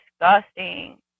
disgusting